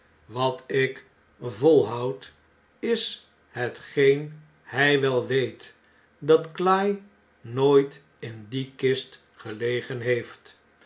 wat ik volhoud is hetgeen hy wel weet dat cly nooit in die kist gelegen heeft